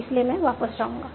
इसलिए मैं वापस जाऊंगा